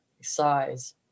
size